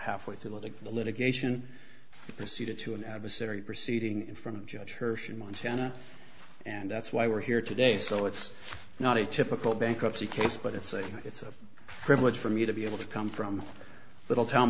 half way through a lot of litigation proceeded to an adversary proceeding in front of judge hershon montana and that's why we're here today so it's not a typical bankruptcy case but it's a it's a privilege for me to be able to come from a little town